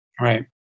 right